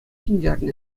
ҫӗнтернӗ